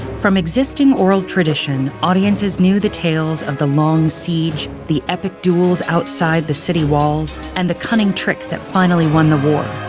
from existing oral tradition, audiences knew the tales of the long siege, the epic duels outside the city walls, and the cunning trick that finally won the war.